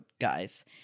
guys